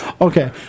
Okay